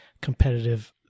competitive